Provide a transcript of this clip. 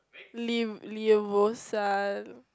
leo leviosa